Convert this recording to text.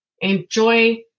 Enjoy